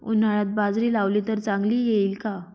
उन्हाळ्यात बाजरी लावली तर चांगली येईल का?